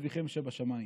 אביכם שבשמיים.